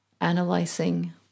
analyzing